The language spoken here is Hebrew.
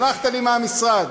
הלכת לי מהמשרד.